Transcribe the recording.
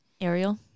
Ariel